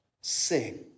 sing